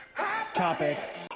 Topics